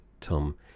tom